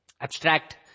abstract